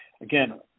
again